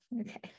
Okay